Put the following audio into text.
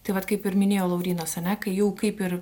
tai vat kaip ir minėjo laurynas ane kai jau kaip ir